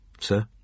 sir